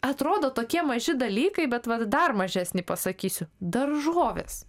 atrodo tokie maži dalykai bet vat dar mažesnį pasakysiu daržovės